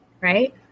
right